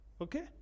Okay